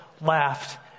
laughed